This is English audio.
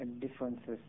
differences